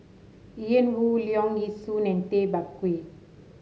Ian Woo Leong Yee Soo and Tay Bak Koi